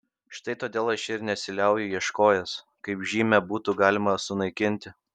štai todėl aš ir nesiliauju ieškojęs kaip žymę būtų galima sunaikinti